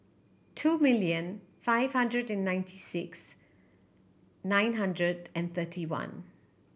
two million five hundred ninety six nine hundred and thirty one